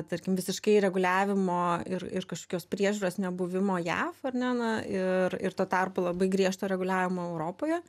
tarkim visiškai reguliavimo ir ir kažkokios priežiūros nebuvimo jav ar ne na ir ir tuo tarpu labai griežto reguliavimo europoje